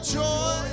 joy